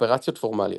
אופרציות פורמליות.